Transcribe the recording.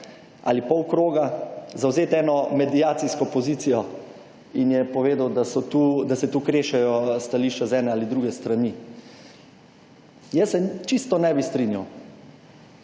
ali polkroga, zavzeti eno mediacijsko pozicijo in je povedal, da se tu krešejo stališča z ene ali druge strani. Jaz se čisto ne bi strinjal.